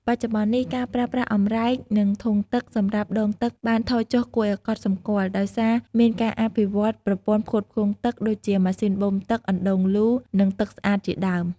បច្ចុប្បន្ននេះ ការប្រើប្រាស់អម្រែក និងធុងទឹកសម្រាប់ដងទឹកបានថយចុះគួរឱ្យកត់សម្គាល់ ដោយសារមានការអភិវឌ្ឍន៍ប្រព័ន្ធផ្គត់ផ្គង់ទឹក ដូចជាម៉ាស៊ីនបូមទឹក អណ្តូងលូ និងទឹកស្អាតជាដើម។